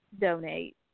donate